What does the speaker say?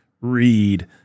read